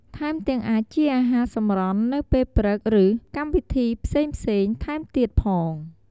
ថែមទាំងអាចជាអាហារសម្រន់នៅពេលព្រឹកឬកម្មវិធីផ្សេងៗថែមទៀតផង។